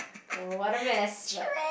what a mess but